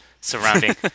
surrounding